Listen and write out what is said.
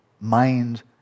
mind